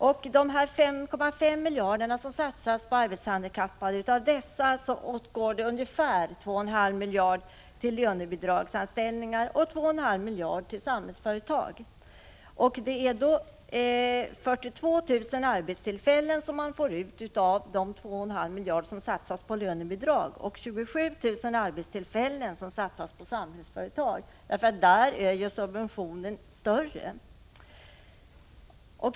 Av de 5,5 miljarder som satsas på arbetshandikappade åtgår 2 1 2 miljarder till Samhällsföretag. Det är 42 000 arbetstillfällen som man får ut av de 2 1/2 miljarder som satsas på lönebidrag och 27 000 arbetstillfällen som man får av det som satsas på samhällsföretag — där är subventionen större.